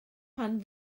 pan